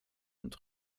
und